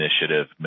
initiative